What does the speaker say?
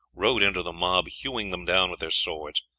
rode into the mob, hewing them down with their swords.